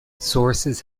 sources